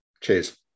Cheers